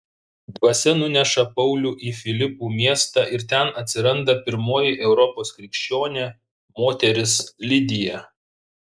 dvasia nuneša paulių į filipų miestą ir ten atsiranda pirmoji europos krikščionė moteris lidija